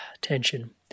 tension